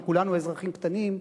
כי כולנו אזרחים קטנים,